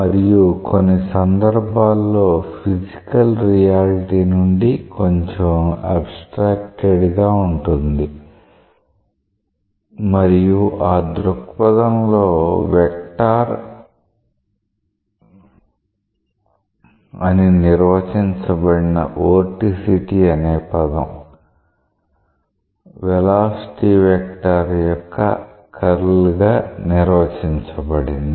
మరియు కొన్ని సందర్భాల్లో ఫిజికల్ రియాలిటీ నుండి కొంచెం ఆబ్స్ట్రాక్టెడ్ గా ఉంటుంది మరియు ఆ దృక్పథంలో వెక్టర్ అని నిర్వచించబడిన వోర్టిసిటీ అనే పదం వెలాసిటీ వెక్టర్ యొక్క కర్ల్ గా నిర్వచించబడింది